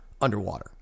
underwater